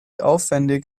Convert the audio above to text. aufwendig